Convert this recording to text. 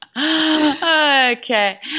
Okay